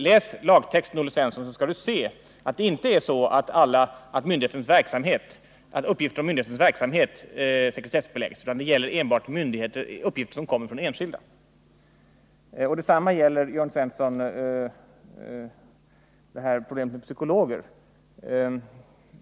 Läs lagtexten, Olle Svensson, så skall du se att det inte är så att uppgifter om myndighets verksamhet sekretessbeläggs, utan det gäller enbart uppgifter som rör enskilda. Detsamma gäller, Jörn Svensson, problemet med psykologer.